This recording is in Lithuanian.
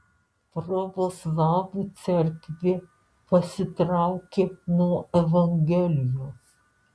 pravoslavų cerkvė pasitraukė nuo evangelijos